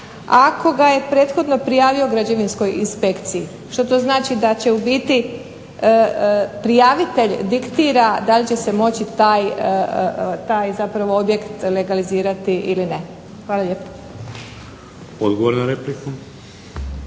ako ga je prethodno prijavio građevinskoj inspekciji, što to znači da u biti prijavitelj diktira da li će se moći taj zapravo objekt legalizirati ili ne. Hvala lijepo. **Šeks,